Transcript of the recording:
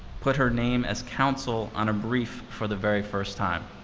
put her name as counsel on a brief for the very first time,